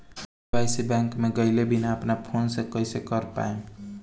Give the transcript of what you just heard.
KYC bank मे गएले बिना अपना फोन से कइसे कर पाएम?